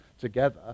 together